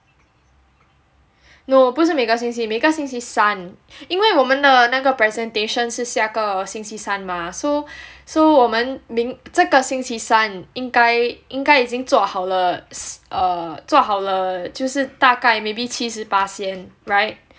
no 不是每个星期每个星期三因为我们的那个 presentation 是下个星期三 mah so so 我们明这个星期三应该应该已经做好了 s~ err 做好了就是大概 maybe 七十巴仙 [right]